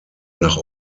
nach